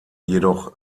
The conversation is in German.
jedoch